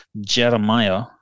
Jeremiah